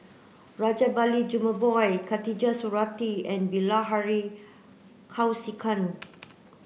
Rajabali Jumabhoy Khatijah Surattee and Bilahari Kausikan